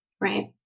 right